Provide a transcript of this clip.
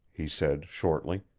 he said shortly.